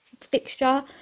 fixture